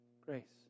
Grace